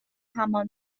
همان